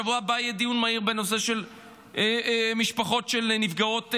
בשבוע הבא יהיה דיון מהיר בנושא של משפחות של נפגעות נובה,